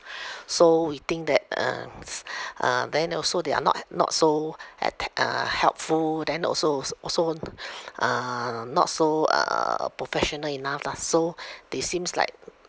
so we think that um s~ um then also they are not he~ not so uh helpful then also was also on uh not so uh professional enough lah so they seems like